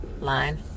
line